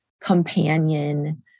companion